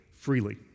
freely